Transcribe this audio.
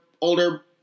older